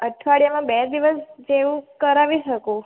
અઠવાડિયામાં બે દિવસ જેવું કરાવી શકું